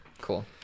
Cool